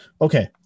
Okay